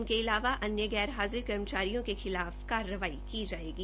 इनके अलावा अन्य गैरहाजिर कर्मचारियों के खिलाफ कार्रवाई की जायेगी